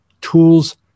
tools